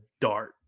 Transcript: dart